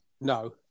No